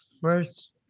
first